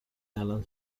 الان